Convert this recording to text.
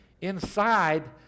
inside